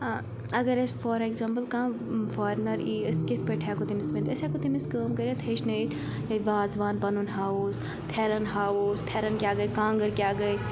اگر أسۍ for example کانٛہہ فارِنَر ای أسۍ کِتھ پٲٹھۍ ہیٚکو تٔمِس ؤنِتھ أسۍ ہیٚکو تٔمِس کٲم کٔرِتھ ہیٚچھنٲیِتھ وازوان پَنُن ہاوُس پھٮ۪رَن ہاووس پھٮ۪رَن کیٛاہ گٔے کانٛگٕر کیٛاہ گٔے